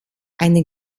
eine